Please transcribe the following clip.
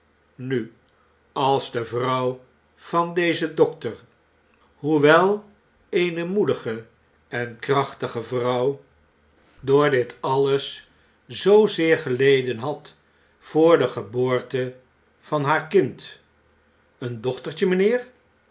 nu als de vrouw van dezen dokter hoewel eene moedige en krachtige vrouw door dit alles zoozeer geleden had voor de geboorte van haar kind een dochtertje mijnheer